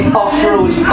off-road